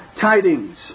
tidings